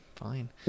fine